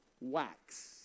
wax